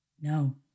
No